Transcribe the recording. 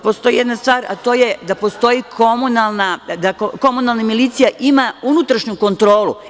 Postoji jedna stvar, a to je da komunalna milicija ima unutrašnju kontrolu.